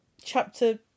chapter